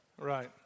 Right